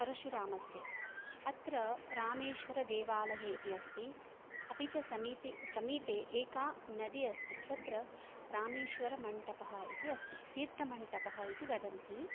परशुरामस्य अत्र रामेश्वरदेवालयः इति अस्ति अपि च समीति समीपे एका नदी अस्ति तत्र रामेश्वरमण्डपः इति अस्ति तीर्थमण्डपः इति वदन्ति